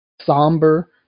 somber